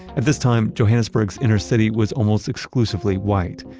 at this time, johannesburg's inner city was almost exclusively white.